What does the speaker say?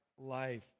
life